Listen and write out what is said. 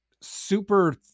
super